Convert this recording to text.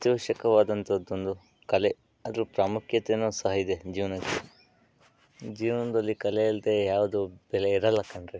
ಅತ್ಯವಶ್ಯಕವಾದಂಥದ್ದೊಂದು ಕಲೆ ಅದ್ರ ಪ್ರಾಮುಖ್ಯತೆಯೂ ಸಹ ಇದೆ ಜೀವನದಲ್ಲಿ ಜೀವನದಲ್ಲಿ ಕಲೆ ಅಲ್ಲದೇ ಯಾವುದೂ ಬೆಲೆ ಇರಲ್ಲ ಕಣ್ರಿ